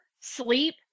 sleep